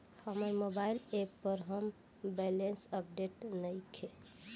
हमर mobile app पर हमर बैलेंस अपडेट नइखे